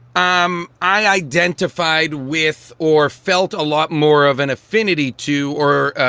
um i identified with or felt a lot more of an affinity to or